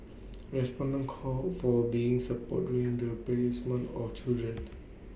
respondents called for being support during the placement of children